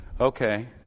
Okay